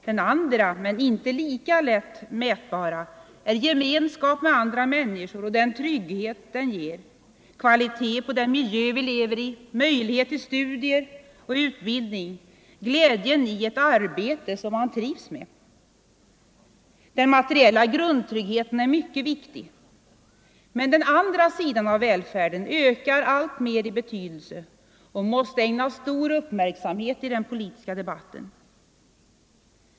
Den andra men inte lika lätt mätbara är gemenskap med andra människor och den trygghet den ger, kvaliteten på den miljö vi lever i, möjlighet till studier och utbildning, glädjen i ett arbete som man trivs med. Den materiella grundtryggheten är mycket viktig, men den andra sidan av välfärden ökar alltmer i betydelse och måste ägnas stor uppmärksamhet i den politiska debatten.